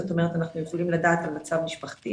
זאת אומרת אנחנו יכולים לדעת על מצב משפחתי,